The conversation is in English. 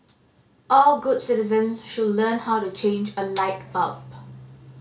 all good citizens should learn how to change a light bulb